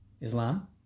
Islam